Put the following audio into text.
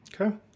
Okay